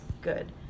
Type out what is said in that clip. good